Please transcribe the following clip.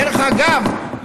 דרך אגב,